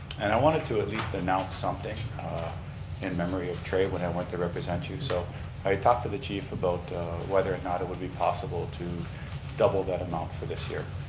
and i wanted to at least announce something in memory of trai, went i went to represent you. so i talked to the chief about whether or not it would be possible to double that amount for this year.